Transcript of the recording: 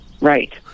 right